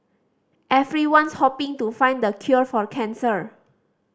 everyone's hoping to find the cure for cancer